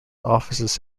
offices